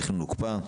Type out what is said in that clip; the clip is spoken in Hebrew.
התכנון הוקפא.